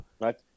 Right